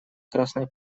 красной